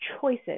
choices